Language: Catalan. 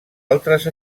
altres